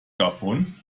davon